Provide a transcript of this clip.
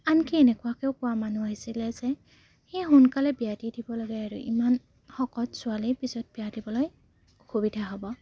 আনকি এনেকুৱাকৈও কোৱা মানুহ আছিলে যে এ সোনকালে বিয়া দি দিব লাগে আৰু ইমান শকত ছোৱালীৰ পিছত বিয়া দিবলৈ অসুবিধা হ'ব